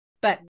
but-